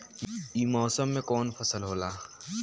ई मौसम में कवन फसल होला?